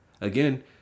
again